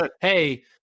hey